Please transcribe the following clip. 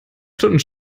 stunden